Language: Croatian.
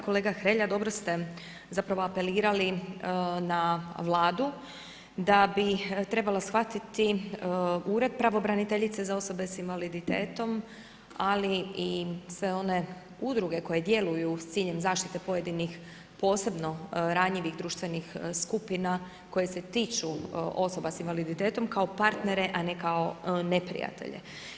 Kolega Hrelja, dobro ste zapravo apelirali na Vladu da bi trebala shvatiti Ured pravobraniteljice za osobe s invaliditetom, ali i sve one udruge koje djeluju s ciljem zaštite pojedinih posebno ranjivih društvenih skupina koje se tiču osoba s invaliditetom kao partnere, a ne kao neprijatelje.